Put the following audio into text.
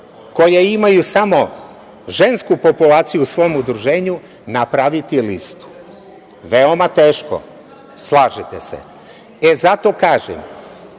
koje imaju samo žensku populaciju u svom udruženju, napraviti listu? Veoma teško, slažete se. Zato kažem,